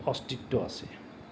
অস্তিত্ব আছে